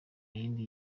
yindi